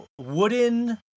wooden